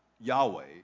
Yahweh